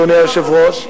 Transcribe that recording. אדוני היושב-ראש,